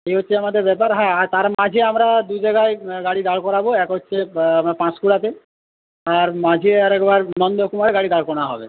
এই হচ্ছে আমাদের ব্যাপার আর হ্যাঁ তার মাঝে আমরা দু জায়গায় গাড়ি দাঁড় করাবো এক হচ্ছে আপনার পাশকুড়াতে আর মাঝে আরেকবার নন্দকুমারে গাড়ি দাঁড় করানো হবে